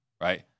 Right